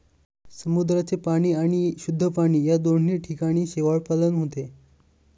समुद्राचे पाणी आणि शुद्ध पाणी या दोन्ही ठिकाणी शेवाळपालन होते